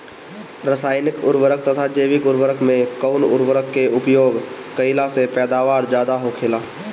रसायनिक उर्वरक तथा जैविक उर्वरक में कउन उर्वरक के उपयोग कइला से पैदावार ज्यादा होखेला?